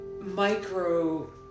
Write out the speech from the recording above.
micro